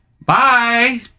bye